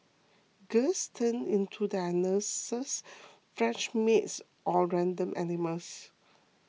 girls turn into their nurses French maids or random animals